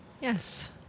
Yes